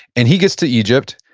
and he gets to egypt,